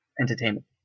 entertainment